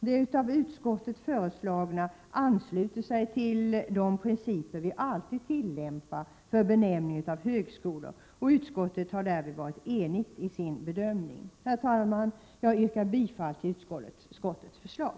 Det av utskottet föreslagna namnet ansluter sig till de principer vi alltid tillämpar för benämning av högskolor, och utskottet har därvid varit enigt i sin bedömning. Herr talman! Jag yrkar bifall till utskottets hemställan.